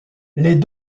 les